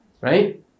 Right